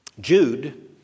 Jude